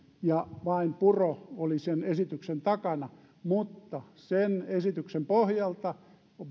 ja vain puro oli sen esityksen takana mutta sen esityksen pohjalta